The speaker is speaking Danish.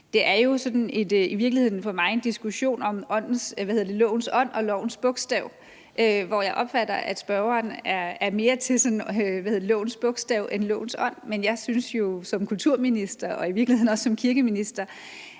Det er jo i virkeligheden for mig sådan en diskussion om forholdet mellem lovens ånd og lovens bogstav, hvor jeg opfatter, at spørgeren mere er til lovens bogstav end lovens ånd. Men jeg synes jo som kulturminister og i virkeligheden også som kirkeminister,